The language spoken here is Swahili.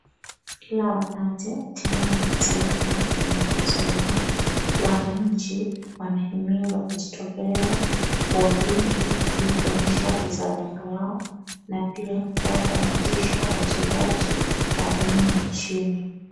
Kila wakati timu ya kitaifa inapocheza wananchi wanahimizwa kujitokeza kwa wingi hili kuonyesha uzalendo wao na pia kuwapa motisha wachezaji wa humu nchini.